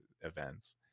events